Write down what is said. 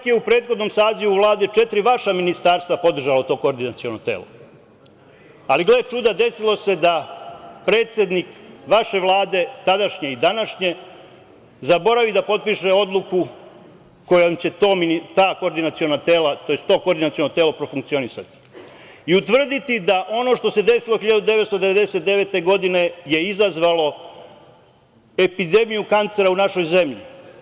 U prethodnom sazivu Vlade četiri vaša ministarstva podržalo to koordinaciono telo ali, gle čuda, desilo se da predsednik vaše Vlade, tadašnje i današnje, zaboravi da potpiše odluku kojom će to koordinaciono telo profunkcionisati i utvrditi da ono što se desilo 1999. godine, je izazvalo epidemiju kancera u našoj zemlji.